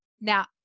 now